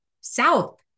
south